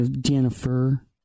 Jennifer